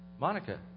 Monica